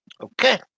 Okay